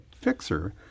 fixer